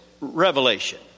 revelation